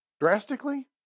drastically